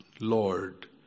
Lord